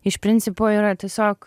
iš principo yra tiesiog